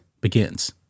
begins